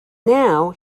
now